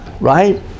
Right